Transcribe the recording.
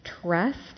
trust